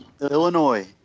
Illinois